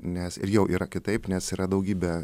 nes ir jau yra kitaip nes yra daugybė